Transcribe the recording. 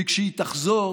וכשהיא תחזור